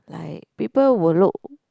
like people will look